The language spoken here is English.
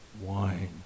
wine